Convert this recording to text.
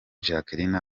jacqueline